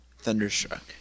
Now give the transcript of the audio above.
thunderstruck